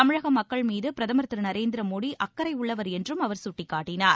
தமிழக மக்கள் மீது பிரதம் திரு நரேந்திர மோடி அக்கறை உள்ளவா் என்றும் அவா் சுட்டிக்காட்டனார்